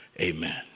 amen